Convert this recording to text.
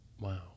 Wow